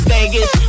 Vegas